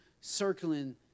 circling